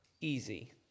easy